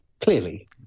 Clearly